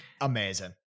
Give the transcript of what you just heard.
Amazing